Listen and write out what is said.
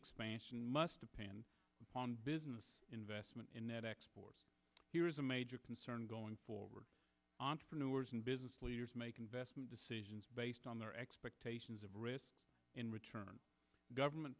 expansion must depend on business investment in net exports here is a major concern going forward entrepreneurs and business leaders make investment decisions based on their expectations of risk in return government